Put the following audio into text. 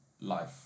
life